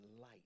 light